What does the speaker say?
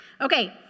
Okay